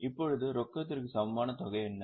இப்போது ரொக்கத்திற்கு சமமான தொகை என்ன